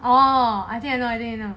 oh I think I know already lah